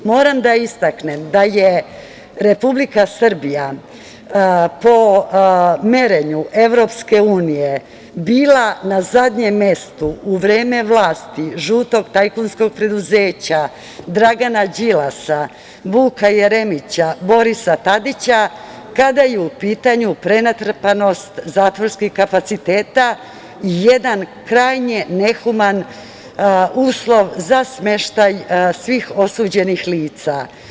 Moram da istaknem da je Republika Srbija po merenju Evropske unije bila na zadnjem mestu u vreme vlasti žutog tajkunskog preduzeća, Dragana Đilasa, Vuka Jeremića, Borisa Tadića, kada je u pitanju prenatrpanost zatvorskih kapaciteta i jedan krajnje nehuman uslov za smeštaj svih osuđenih lica.